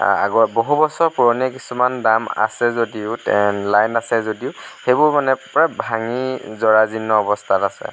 আগৰ বহু বছৰৰ পুৰণি কিছুমান ডাম আছে যদিও তে লাইন আছে যদিও সেইবোৰ মানে পূৰা ভাঙি জৰাজীৰ্ণ অৱস্থাত আছে